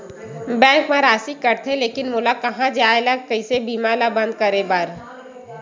Bank मा राशि कटथे लेकिन मोला कहां जाय ला कइसे बीमा ला बंद करे बार?